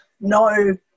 no